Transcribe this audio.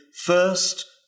first